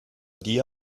dir